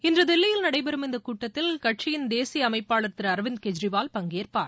இன்று தில்லியில் நடைபெறும் இந்தக் கூட்டத்தில் கட்சியின் தேசிய அமைப்பாளர் திரு அரவிந்த் கெஜ்ரிவால் பங்கேற்பார்